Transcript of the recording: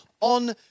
on